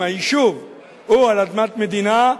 היישוב הוא על אדמת מדינה,